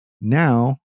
Now